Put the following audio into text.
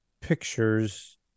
pictures